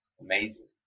amazing